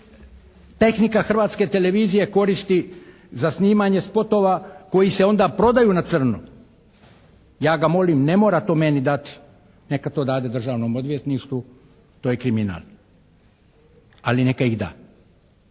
tehnika Hrvatske televizije koristi za snimanje spotova koji se onda prodaju na crno, ja ga molim, ne mora to meni dati. Neka to dade Državnom odvjetništvu, to je kriminal ali neka ih da.